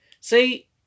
See